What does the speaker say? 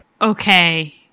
Okay